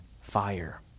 fire